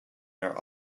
their